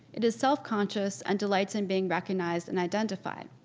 it is self-conscious and delights in being recognized and identified.